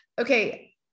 Okay